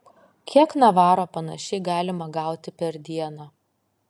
kiek navaro panašiai galima gauti per dieną